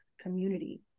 community